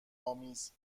آمیز